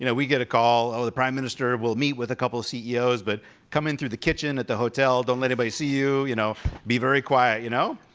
you know, we'd get a call, oh, the prime minister will meet with a couple ceos, but come in through the kitchen at the hotel, don't let um anybody see you. you know be very quiet, you know?